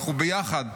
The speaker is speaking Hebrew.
אנחנו ביחד.